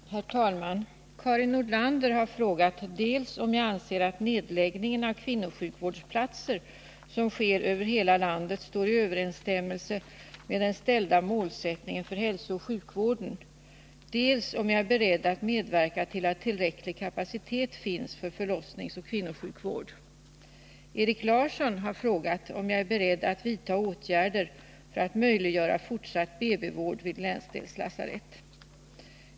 Herr talman! Karin Nordlander har frågat dels om jag anser att nedläggningen av kvinnosjukvårdsplatser som sker över hela landet står i överensstämmelse med målsättningen för hälsooch sjukvården, dels om jag är beredd att medverka till att tillräcklig kapacitet finns för förlossningsoch kvinnosjukvård. Erik Larsson har frågat, om jag är beredd att vidta åtgärder för att möjliggöra fortsatt BB-vård vid länsdelslasarett.